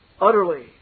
utterly